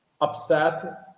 upset